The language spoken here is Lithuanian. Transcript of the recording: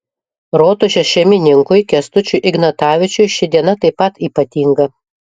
rotušės šeimininkui kęstučiui ignatavičiui ši diena taip pat ypatinga